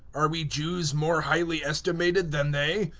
are we jews more highly estimated than they?